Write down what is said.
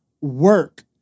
Work